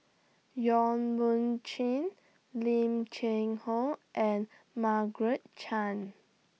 Yong Mun Chee Lim Cheng Hoe and Margaret Chan